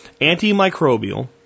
Antimicrobial